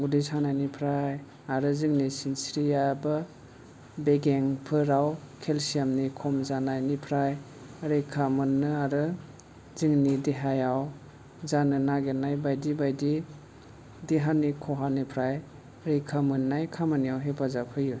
उदै सानायनिफ्राय आरो जोंनि सिनस्रियाबो बेगेंफोराव केलसियामनि खमजानायनिफ्राय रैखा मोन्नो आरो जोंनि देहायाव जानो नागिरनाय बायदि बायदि देहानि खहानिफ्राय रैखा मोननाय खामानियाव हेफाजाब होयो